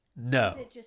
no